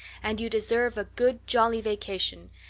and you deserve a good, jolly vacation.